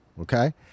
Okay